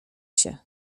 się